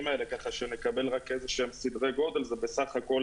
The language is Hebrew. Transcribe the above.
האלה כדי שנקבל סדרי גודל זה בסך הכל